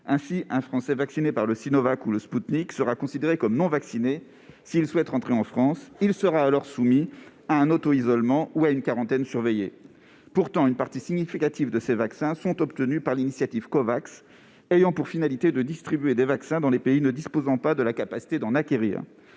Ainsi, un Français vacciné avec Sinovac ou Spoutnik sera considéré comme « non vacciné » s'il souhaite rentrer en France : il sera alors soumis à son arrivée à un auto-isolement ou à une quarantaine surveillée. Pourtant, une partie significative de ces vaccins sont obtenus par l'initiative Covax, qui a pour finalité de distribuer des vaccins dans les pays ne disposant pas de la capacité d'en acquérir.